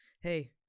Hey